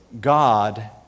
God